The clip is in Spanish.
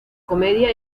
comedia